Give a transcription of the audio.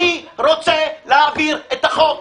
אני רוצה להעביר את החוק,